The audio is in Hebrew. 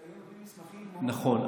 באזור האישי נותנים היום מסמכים --- נכון.